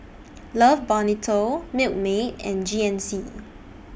Love Bonito Milkmaid and G N C